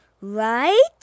right